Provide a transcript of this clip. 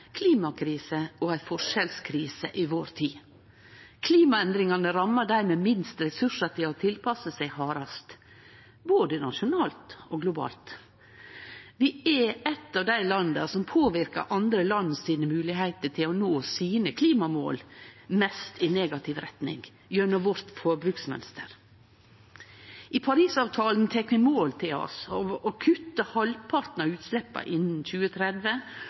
klimakrise og ei forskjellskrise i vår tid. Klimaendringane rammar hardast dei med minst resursar til å tilpasse seg, både nasjonalt og globalt. Vi er gjennom forbruksmønsteret vårt eit av dei landa som påverkar mest – i negativ retning – moglegheitene andre land har til å nå sine klimamål. I Parisavtalen tek vi mål av oss til å kutte halvparten av utsleppa innan 2030